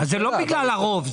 זה לא בגלל הרוב.